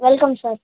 welcome sir